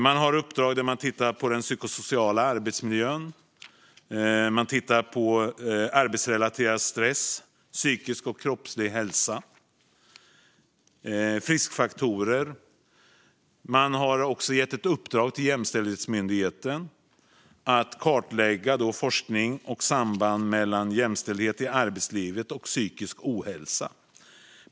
Man har uppdrag där man tittar på den psykosociala arbetsmiljön. Man tittar på arbetsrelaterad stress, psykisk och kroppslig hälsa och friskfaktorer. Man har också gett ett uppdrag till Jämställdhetsmyndigheten att kartlägga forskning och samband mellan jämställdhet i arbetslivet och psykisk ohälsa.